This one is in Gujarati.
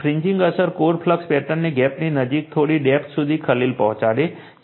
ફ્રિન્ગિંગ અસર કોર ફ્લક્સ પેટર્નને ગેપની નજીક થોડી ડેપ્થ સુધી ખલેલ પહોંચાડે છે